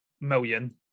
million